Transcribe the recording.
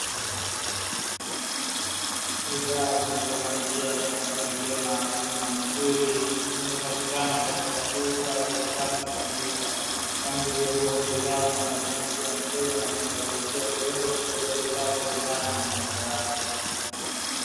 Bidhaa zilizopangiliwa katika mpangilio maalumu na mzuri, zinazopatikana katika duka la kisasa kabisa. Mpangilio huu wa bidhaa unam wepesishia mteja na kumrahisishia kuweza kuchagua bidhaa kulingana na matakwa yake.